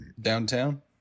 downtown